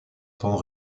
temps